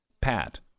Pat